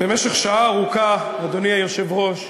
במשך שעה ארוכה, אדוני היושב-ראש,